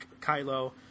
Kylo